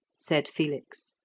said felix.